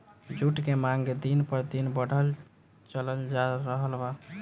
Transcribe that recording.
जुट के मांग दिन प दिन बढ़ल चलल जा रहल बा